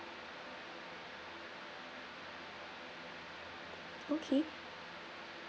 okay